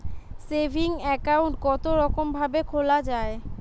Saving account কতরকম ভাবে খোলা য়ায়?